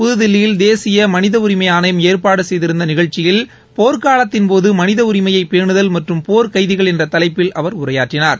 புத்தில்லியில் தேசிய மனித உரிமை ஆணையம் ஏற்பாடு செய்திருந்த நிகழ்ச்சியில்போர் காலத்தின்போது மனித உரிமையை பேனுதல் மற்றும் போர் கைதிகள் என்ற தலைப்பில் அவர் உரையாற்றினார்